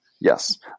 Yes